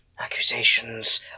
accusations